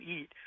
eat